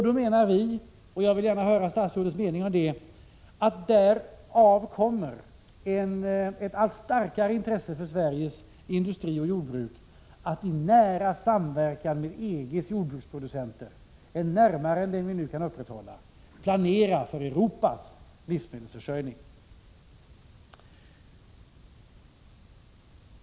Då menar vi, och jag vill gärna höra statsrådets mening om det, att därav kommer ett allt starkare intresse för Sveriges industri och jordbruk att i nära samverkan med EG:s jordbruksproducenter — närmare än den vi nu kan upprätthålla — planera för Europas livsmedelsförsörjning.